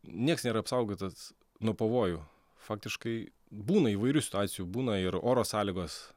nieks nėra apsaugotas nuo pavojų faktiškai būna įvairių situacijų būna ir oro sąlygos